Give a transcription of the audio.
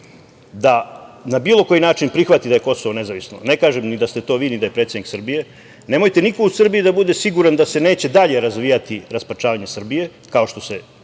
da na bilo koji način prihvati da je Kosovo nezavisno, ne kažem ni da ste to vi, ni da je predsednik Srbije, nemojte niko u Srbiji da bude siguran da se neće dalje razvijati raspračavanje Srbije, kao što se